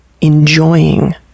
enjoying